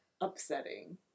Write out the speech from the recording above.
upsetting